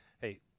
Hey